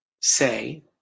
say